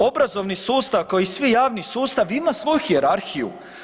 Obrazovni sustav ko i svi javni sustavi ima svoju hijerarhiju.